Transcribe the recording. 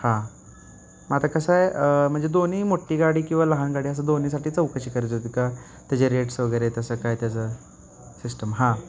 हां मग आता कसं आहे म्हणजे दोन्ही मोठ्ठी गाडी किंवा लहान गाडी असं दोन्हीसाठी चौकशी करायची होती का त्याचे रेट्स वगैरे तसं काय त्याचं सिस्टम हां